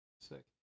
sick